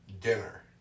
dinner